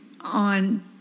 on